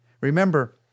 Remember